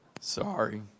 Sorry